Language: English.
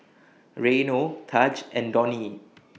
Reino Tahj and Donnie